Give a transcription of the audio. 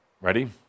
Ready